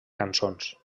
cançons